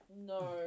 no